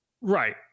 Right